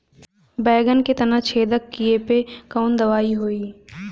बैगन के तना छेदक कियेपे कवन दवाई होई?